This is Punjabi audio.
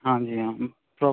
ਹਾਂਜੀ ਹਾਂ ਪ੍ਰੋ